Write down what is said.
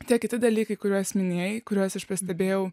tie kiti dalykai kuriuos minėjai kuriuos aš pastebėjau